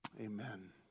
amen